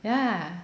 yeah